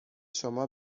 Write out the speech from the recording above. شما